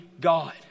God